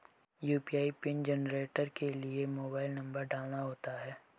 UPI PIN generate के लिए mobile number डालना होता है